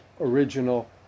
original